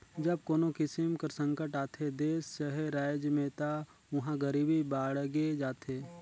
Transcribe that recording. जब कोनो किसिम कर संकट आथे देस चहे राएज में ता उहां गरीबी बाड़गे जाथे